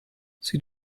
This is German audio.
sie